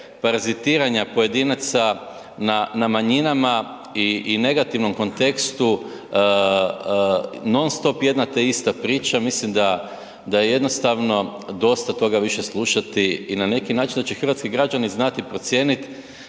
parazitiranja pojedinaca na manjinama i negativnom kontekstu non-stop jedna te ista priča, mislim da jednostavno dosta toga više slušati i na način da će hrvatski građani znati procijeniti